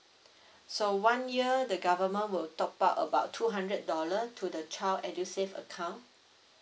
so one year the government will top up about two hundred dollar to the child edusave account